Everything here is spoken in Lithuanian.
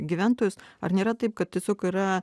gyventojus ar nėra taip kad tiesiog yra